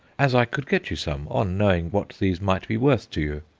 as i could get you some on knowing what these might be worth to you.